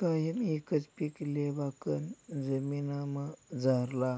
कायम एकच पीक लेवाकन जमीनमझारला